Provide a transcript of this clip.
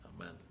Amen